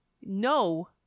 no